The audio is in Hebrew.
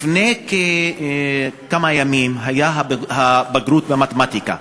לפני כמה ימים היה בגרות במתמטיקה.